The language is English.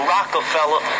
Rockefeller